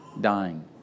dying